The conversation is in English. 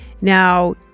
Now